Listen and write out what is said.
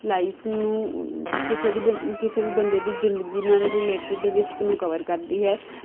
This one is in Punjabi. ਲਾਈਫ ਨੂੰ ਕਿਸੇ ਦੀ ਕਿਸੇ ਵੀ ਬੰਦੇ ਦੀ ਜ਼ਿੰਦਗੀ ਨਾਲ਼ ਰਿਲੇਟਡ ਰਿਸਕ ਨੂੰ ਕਵਰ ਕਰਦੀ ਹੈ